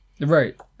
Right